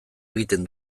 egiten